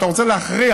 אתה רוצה להכריח,